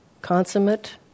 consummate